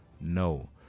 no